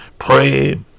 Pray